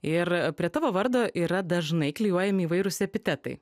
ir prie tavo vardo yra dažnai klijuojami įvairūs epitetai